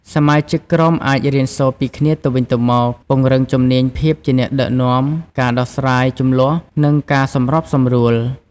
សមាជិកក្រុមអាចរៀនសូត្រពីគ្នាទៅវិញទៅមក ពង្រឹងជំនាញភាពជាអ្នកដឹកនាំ ការដោះស្រាយជម្លោះ និងការសម្របសម្រួល។